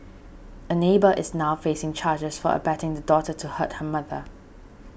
a neighbour is now facing charges for abetting the daughter to hurt her mother